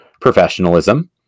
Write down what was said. professionalism